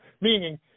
meaning